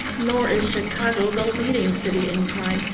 nor is chicago the leading city in crime,